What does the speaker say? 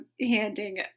handing